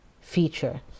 feature